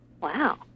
wow